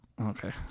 Okay